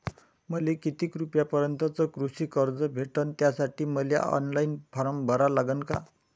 मले किती रूपयापर्यंतचं कृषी कर्ज भेटन, त्यासाठी मले ऑनलाईन फारम भरा लागन का?